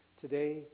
Today